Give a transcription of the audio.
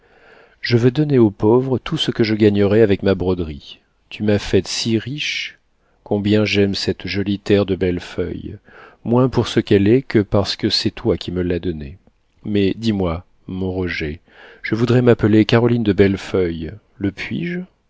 je veux donner aux pauvres tout ce que je gagnerai avec ma broderie tu m'as faite si riche combien j'aime cette jolie terre de bellefeuille moins pour ce qu'elle est que parce que c'est toi qui me l'as donnée mais dis-moi mon roger je voudrais m'appeler caroline de bellefeuille le